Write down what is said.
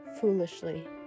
foolishly